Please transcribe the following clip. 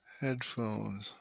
headphones